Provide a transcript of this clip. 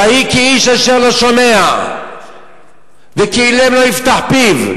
ואהי כאיש אשר לא שומע וכאילם לא יפתח פיו.